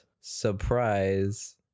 surprise